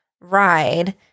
ride